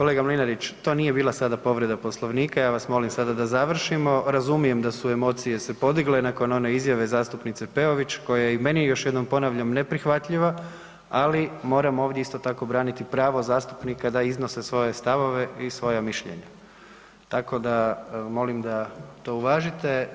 Kolega Mlinarić, to nije bila sada povreda Poslovnika, ja vas molim sada da završimo, razumijem da su emocije se podigle nakon one izjave zastupnice Peović koja je i meni još jednom ponavljam, neprihvatljiva ali moram ovdje isto tako braniti pravo zastupnika da iznose svoje stavove i svoja mišljenja tako da molim da to uvažite.